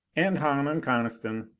and hahn and coniston.